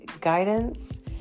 guidance